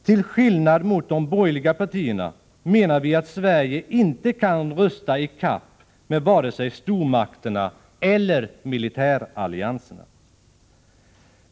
Till skillnad mot de borgerliga partierna menar vi att Sverige inte kan rusta i kapp med vare sig stormakterna eller militärallianserna.